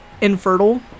infertile